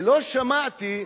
ולא שמעתי,